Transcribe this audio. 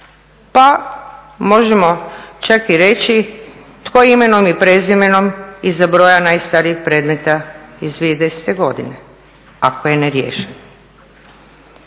pa možemo čak i reći tko je imenom i prezimenom iza broja najstarijeg predmeta iz 2010. godine, ako je neriješen.